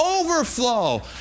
overflow